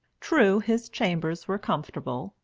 true, his chambers were comfortable,